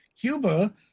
Cuba